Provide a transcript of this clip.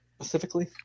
specifically